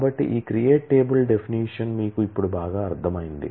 కాబట్టి ఈ create table definition మీకు ఇప్పుడు బాగా అర్థమైంది